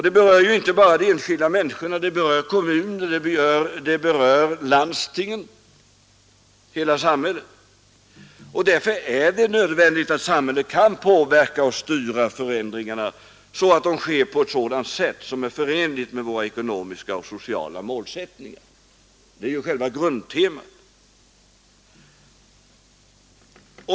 Det berör ju inte bara de enskilda människorna, det berör kommuner, det berör landstingen och hela samhället. Därför är det nödvändigt att samhället kan påverka och styra förändringarna så att de sker på ett sådant sätt som är förenligt med våra ekonomiska och sociala målsättningar. Det är ju själva grundtemat.